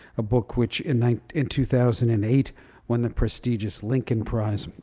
a book which in in two thousand and eight won the prestigious lincoln prize.